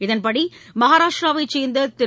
இதன்படி மகாராஷ்ட்டிராவைச்சேர்ந்த திரு